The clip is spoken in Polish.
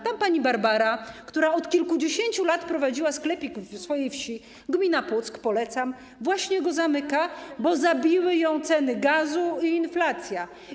Tam pani Barbara, która od kilkudziesięciu lat prowadziła sklepik w swojej wsi - gmina Puck, polecam - właśnie go zamyka, bo zabiły go ceny gazu i inflacja.